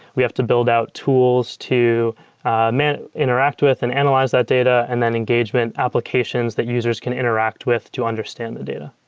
we have to build out tools to ah interact with and analyze that data and then engagement applications that users can interact with to understand the data.